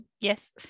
Yes